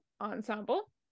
ensemble